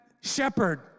shepherd